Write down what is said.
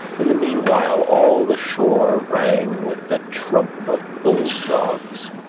in the mean-while all the shore rang with the trump of bullfrogs,